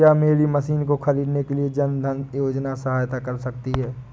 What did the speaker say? क्या मेरी मशीन को ख़रीदने के लिए जन धन योजना सहायता कर सकती है?